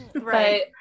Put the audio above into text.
Right